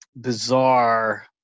bizarre